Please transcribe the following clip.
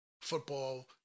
Football